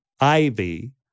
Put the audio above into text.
Ivy